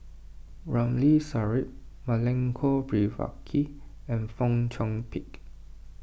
Ramli Sarip Milenko Prvacki and Fong Chong Pik